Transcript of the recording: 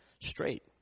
straight